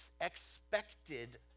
expected